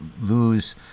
lose